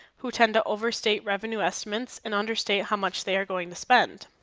who tend to overstate revenue estimates and understate how much they are going to spend.